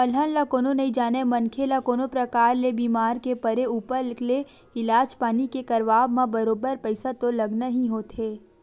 अलहन ल कोनो नइ जानय मनखे ल कोनो परकार ले बीमार के परे ऊपर ले इलाज पानी के करवाब म बरोबर पइसा तो लगना ही होथे